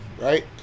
right